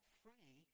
free